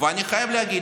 ואני חייב להגיד